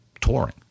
touring